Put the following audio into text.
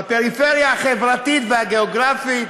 בפריפריה החברתית והגיאוגרפית,